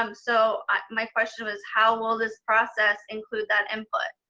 um so my question was, how will this process include that input?